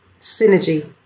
synergy